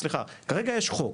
כרגע יש חוק.